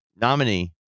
nominee